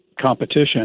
competition